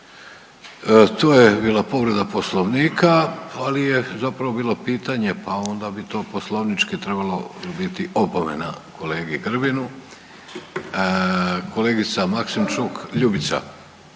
To je bila povreda poslovnika, ali je zapravo bilo pitanje pa onda bi to poslovnički trebalo biti opomena kolegi Grbinu. Kolegica Maksimčuk Ljubica,